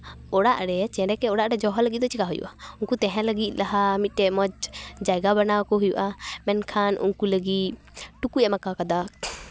ᱚᱲᱟᱜ ᱨᱮ ᱪᱮᱬᱮ ᱠᱚ ᱚᱲᱟᱜ ᱨᱮ ᱫᱚᱦᱚ ᱞᱟᱹᱜᱤᱫ ᱫᱚ ᱪᱮᱠᱟ ᱦᱩᱭᱩᱜᱼᱟ ᱩᱱᱠᱩ ᱛᱟᱦᱮᱸ ᱞᱟᱹᱜᱤᱫ ᱞᱟᱦᱟ ᱢᱤᱫᱴᱮᱱ ᱢᱚᱡᱽ ᱡᱟᱭᱜᱟ ᱵᱮᱱᱟᱣ ᱠᱚ ᱦᱩᱭᱩᱜᱼᱟ ᱢᱮᱱᱠᱷᱟᱱ ᱩᱱᱠᱩ ᱞᱟᱹᱜᱤᱫ ᱴᱩᱠᱩᱡ ᱮᱢ ᱟᱠᱟ ᱠᱟᱫᱟ